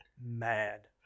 mad